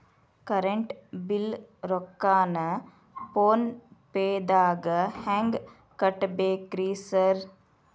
Current bill ರೊಕ್ಕಾನ phone ಪೇದಾಗ ಹೆಂಗ್ ಕಟ್ಟಬೇಕ್ರಿ ಸರ್?